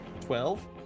Twelve